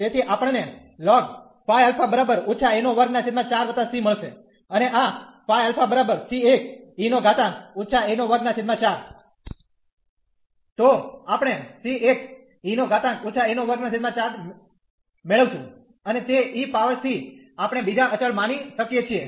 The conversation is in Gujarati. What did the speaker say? તેથી આપણ ને મળશે અને આ તો આપણે મેળવીશું અને તે e પાવર c આપણે બીજા અચળ માની શકીએ છીએ